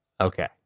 Okay